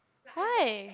why